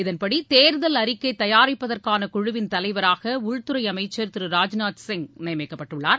இதன்படி தேர்தல் அறிக்கை தயாரிப்பதற்கான குழுவின் தலைவராக உள்துறை அமைச்சர் திரு ராஜ்நாத் சிங் நியமிக்கப்பட்டுள்ளார்